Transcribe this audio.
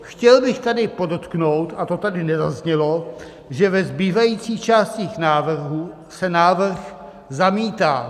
Chtěl bych tady podotknout, a to tady nezaznělo, že ve zbývajících částech návrhů se návrh zamítá.